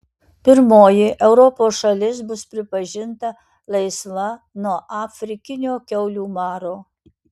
pirmoji europos šalis bus pripažinta laisva nuo afrikinio kiaulių maro